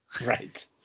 right